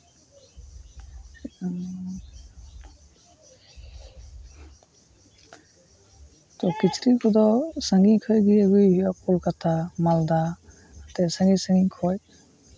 ᱛᱚ ᱠᱤᱪᱨᱤᱡ ᱠᱚᱫᱚ ᱥᱟᱺᱜᱤᱧ ᱠᱷᱚᱱ ᱜᱮ ᱟᱹᱜᱩᱭ ᱦᱩᱭᱩᱜᱼᱟ ᱠᱳᱞᱠᱟᱛᱟ ᱢᱟᱞᱫᱟ ᱱᱚᱛᱮ ᱥᱟᱺᱜᱤᱧ ᱥᱟᱺᱜᱤᱧ ᱠᱷᱚᱱ